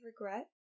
regret